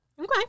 Okay